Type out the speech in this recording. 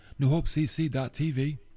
newhopecc.tv